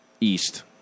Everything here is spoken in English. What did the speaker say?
East